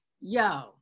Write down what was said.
yo